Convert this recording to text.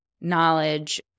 knowledge